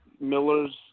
Miller's